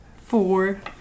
Four